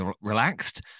relaxed